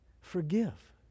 Forgive